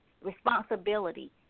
responsibility